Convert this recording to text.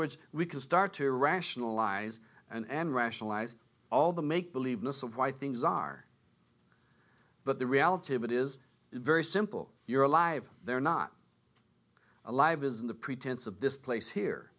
words we can start to rationalize and rationalize all the make believe most of why things are but the reality of it is very simple you're alive they're not alive isn't the pretense of this place here